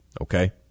okay